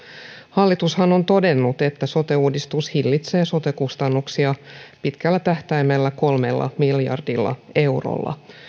hallitushan on todennut että sote uudistus hillitsee sote kustannuksia pitkällä tähtäimellä kolmella miljardilla eurolla